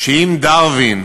שאם דרווין